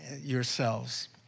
yourselves